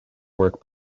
works